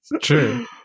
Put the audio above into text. True